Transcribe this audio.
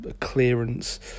clearance